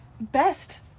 Best